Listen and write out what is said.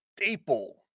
staple